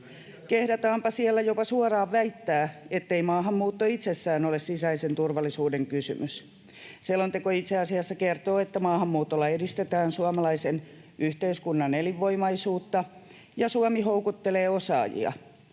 Kehdataanpa siellä jopa suoraan väittää, ettei maahanmuutto itsessään ole sisäisen turvallisuuden kysymys. Selonteko itse asiassa kertoo, että maahanmuutolla edistetään suomalaisen yhteiskunnan elinvoimaisuutta ja Suomi houkuttelee osaajia.